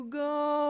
go